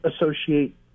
associate